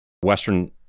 western